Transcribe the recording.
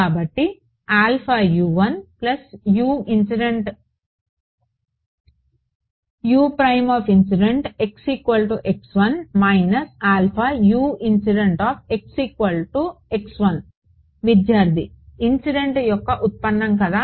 కాబట్టి విద్యార్థి ఇన్సిడెంట్ యొక్క ఉత్పన్నం కదా